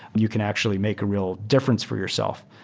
you can actually make a real difference for yourself.